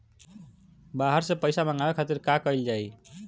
बाहर से पइसा मंगावे के खातिर का कइल जाइ?